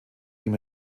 ihn